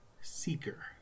Seeker